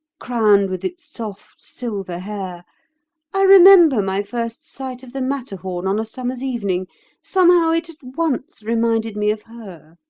crowned with its soft, silver hair i remember my first sight of the matterhorn on a summer's evening somehow it at once reminded me of her.